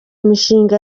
imishinga